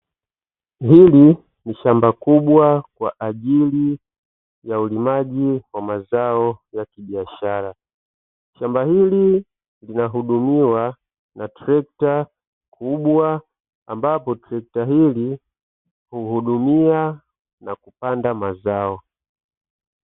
Hili ni shamba kubwa kwa ajili ya ulimaji wa mazao ya kibiashara. Shamba hili linahudumiwa na trekta kubwa, ambapo trekta hili uhudumia na kupanda mazao.